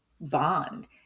bond